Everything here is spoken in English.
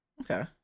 okay